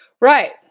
Right